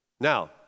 Now